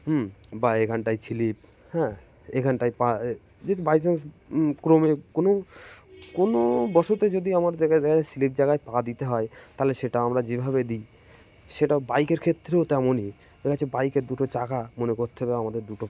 হুম বা এখানটায় স্লিপ হ্যাঁ এখানটায় পা যে বাই চান্স ক্রমে কোনো কোনো বসতে যদি আমাদেরায় স্লিপ জায়গায় পা দিতে হয় তাহলে সেটা আমরা যেভাবে দিই সেটা বাইকের ক্ষেত্রেও তেমনই আছে বাইকের দুটো চাকা মনে করতে হবে আমাদের দুটো